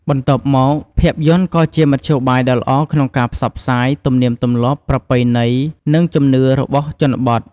បន្ទាប់មក ភាពយន្តក៏ជាមធ្យោបាយដ៏ល្អក្នុងការផ្សព្វផ្សាយ ទំនៀមទម្លាប់ ប្រពៃណី និងជំនឿ របស់ជនបទ។